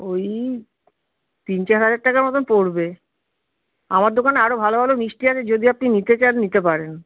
ওই তিন চার হাজার টাকার মতন পড়বে আমার দোকানে আরো ভালো ভালো মিষ্টি আছে যদি আপনি নিতে চান নিতে পারেন